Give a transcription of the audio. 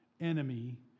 enemy